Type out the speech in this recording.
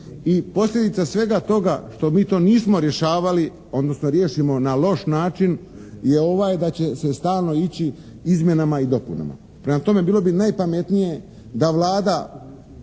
I posljedica svega toga što mi to nismo rješavali odnosno riješimo na loš način je ovaj da će se stalno ići izmjenama i dopunama. Prema tome, bilo bi najpametnije da Vlada